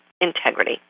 integrity